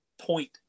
point